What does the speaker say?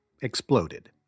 exploded